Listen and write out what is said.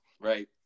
right